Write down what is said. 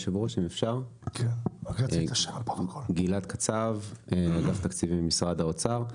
אני מאגף תקציבים במשרד האוצר.